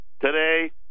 Today